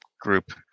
group